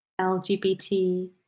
lgbt